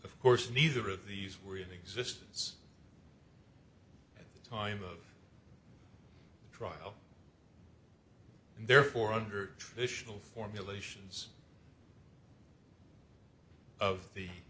of course neither of these were in existence at the time of trial and therefore under traditional formulations of the